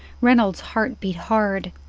reynolds' heart beat hard.